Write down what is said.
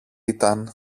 ήταν